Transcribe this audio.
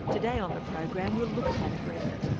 today on the program we'll look at that agreement,